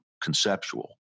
conceptual